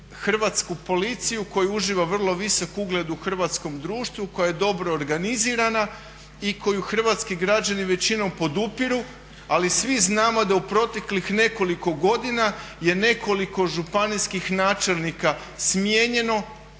Hrvatsku policiju koja uživa vrlo visok ugled u hrvatskom društvu koja je dobro organizirana i koju hrvatski građani većinom podupiru. Ali svi znamo da u proteklih nekoliko godina je nekoliko županijskih načelnika smijenjeno,